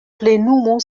plenumu